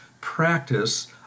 practice